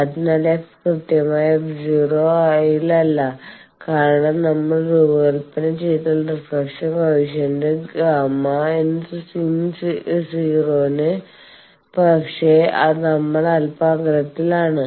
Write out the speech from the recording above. അതിനാൽ f കൃത്യമായി f 0 ൽ അല്ല കാരണം നമ്മൾ രൂപകൽപന ചെയ്താൽ റിഫ്ലക്ഷൻ കോയെഫിഷ്യന്റ് Γ¿ in 0 ആണ് പക്ഷേ നമ്മൾ അല്പം അകലത്തിൽ ആണ്